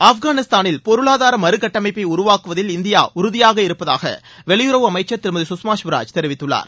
ஆப்கானிஸ்தானில் பொருளாதார மறுகட்டமைப்பை உருவாக்குவதில் இந்தியா உறுதியாக இருப்பதாக வெளியுறவு அமைச்சர் திருமதி சுஷ்மா ஸ்வராஜ் தெரிவித்துள்ளார்